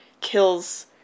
kills